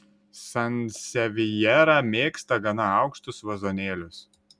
sansevjera mėgsta gana aukštus vazonėlius